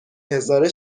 هزاره